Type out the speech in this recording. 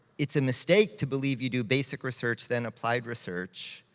it's a mistake to believe you do basic research, then applied research.